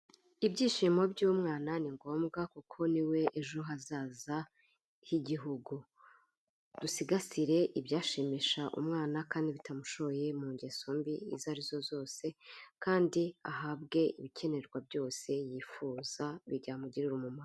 Ibyishimo by'umwana ni ngombwa kuko ni we ejo hazaza h'igihugu, dusigasire ibyashimisha umwana kandi bitamushoye mu ngeso mbi izo ari zo zose, kandi ahabwe ibikenerwa byose yifuza byamugirira umumaro.